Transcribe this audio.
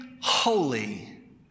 holy